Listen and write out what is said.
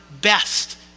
best